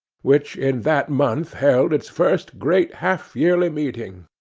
which in that month held its first great half-yearly meeting,